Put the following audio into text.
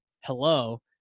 hello